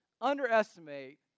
underestimate